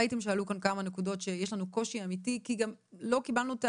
ראיתם שעלו כאן כמה נקודות שיש לנו קושי אמיתי כי גם לא קיבלנו את